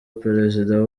perezida